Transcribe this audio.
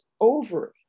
ovary